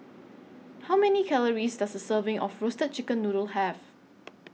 How Many Calories Does A Serving of Roasted Chicken Noodle Have